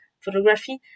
photography